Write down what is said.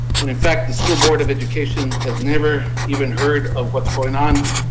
when in fact the school board of education has never even heard of what is going on.